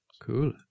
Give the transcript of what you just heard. cool